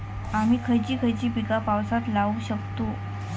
आम्ही खयची खयची पीका पावसात लावक शकतु?